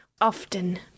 often